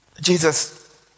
Jesus